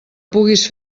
puguis